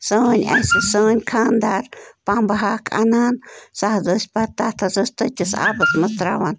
سٲنۍ سٲنۍ خانٛدار پمبہٕ ہاکھ آنان سُہ حظ ٲسۍ پتہٕ تَتھ حظ ٲسۍ تٔتِس آبس منٛز تَراوان